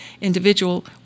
individual